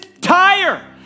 tire